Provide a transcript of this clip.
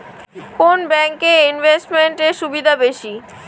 কোন ব্যাংক এ ইনভেস্টমেন্ট এর সুবিধা বেশি?